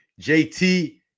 JT